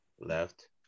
left